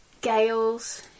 Gales